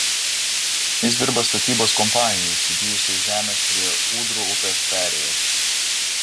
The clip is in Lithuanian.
jis dirba statybos kompanijai įsigijusiai žemės prie ūdrų upės perėjos